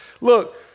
Look